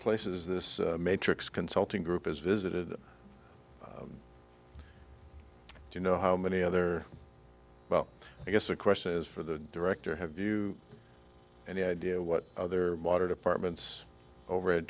places this matrix consulting group has visited do you know how many other well i guess the question is for the director have you any idea what other water departments overhead